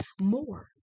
more